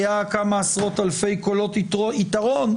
היה כמה עשרות אלפי קולות יתרון,